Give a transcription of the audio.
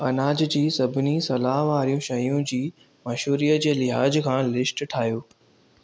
अनाज जी सभिनी सलाह वारियूं शयूं जी मशहूरीअ जे लिहाज खां लिस्ट ठाहियो